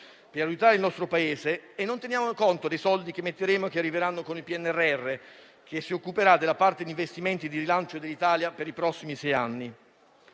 per aiutare il nostro Paese, senza tener conto dei soldi che metteremo e che arriveranno con il PNRR, che si occuperà della parte di investimenti e di rilancio dell'Italia per i prossimi sei anni.